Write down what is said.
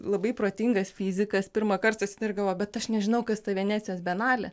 labai protingas fizikas pirmąkart ir jisai galvoja bet aš nežinau kas ta venecijos bienalė